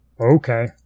okay